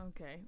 okay